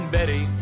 Betty